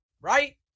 Right